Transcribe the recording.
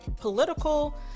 political